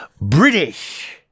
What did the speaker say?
British